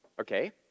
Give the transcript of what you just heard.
Okay